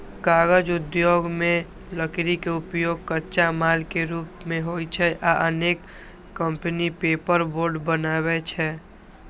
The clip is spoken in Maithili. कागज उद्योग मे लकड़ी के उपयोग कच्चा माल के रूप मे होइ छै आ अनेक कंपनी पेपरबोर्ड बनबै छै